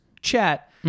chat